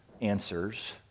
answers